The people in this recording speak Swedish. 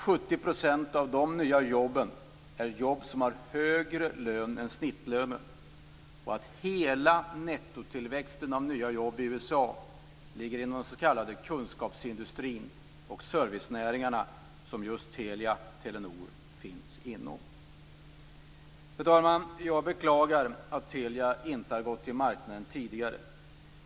70 % av dessa nya jobb är jobb med högre lön än snittlönen, och hela nettotillväxten av nya jobb i USA ligger inom den s.k. kunskapsindustrin och servicenäringarna, där även Telia och Telenor finns. Fru talman! Jag beklagar att Telia inte har gått till marknaden tidigare.